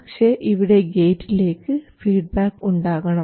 പക്ഷേ ഇവിടെ ഗേറ്റിലേക്ക് ഫീഡ്ബാക്ക് ഉണ്ടാകണം